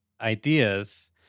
ideas